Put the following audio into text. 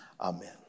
Amen